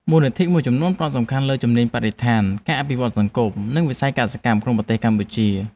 មូលនិធិមួយចំនួនផ្តោតសំខាន់ទៅលើជំនាញបរិស្ថាន ការអភិវឌ្ឍសង្គម និងវិស័យកសិកម្មក្នុងប្រទេសកម្ពុជា។